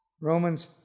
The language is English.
Romans